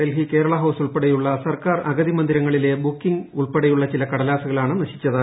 Delhi Kerala house ഉൾപ്പെടെയുള്ളി സർക്കാർ അഗതി മന്ദിരങ്ങളിലെ ബുക്കിങ് ഉൾപ്പെടെയുള്ള ചില കടലാസുകളാണ് നശിച്ചത്